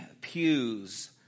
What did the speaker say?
pews